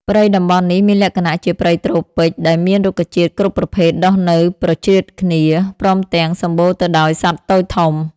ព្រៃតំបន់នេះ មានលក្ខណៈជាព្រៃត្រូពិច ដែលមានរុក្ខជាតិគ្រប់ប្រភេទដុះនៅប្រជ្រៀតគ្នា ព្រមទាំង សំបូរទៅដោយសត្វតូចធំ ។